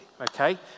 okay